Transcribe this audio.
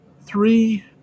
three